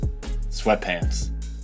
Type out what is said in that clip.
Sweatpants